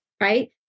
right